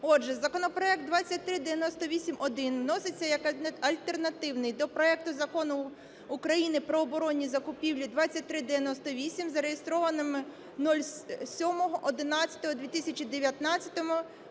Отже, законопроект 2398-1 вноситься як альтернативний до проекту Закону України "Про оборонні закупівлі" (2398), зареєстрований 07.11.2019 з